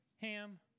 Ham